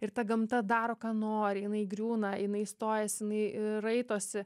ir ta gamta daro ką nori jinai griūna jinai stojasi jinai raitosi